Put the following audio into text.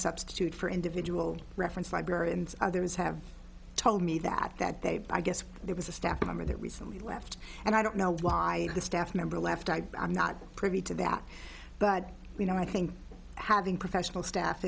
substitute for individual reference library and others have told me that that they i guess there was a staff member that recently left and i don't know why the staff member left i'm not privy to that but you know i think having professional staff